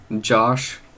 Josh